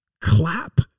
Clap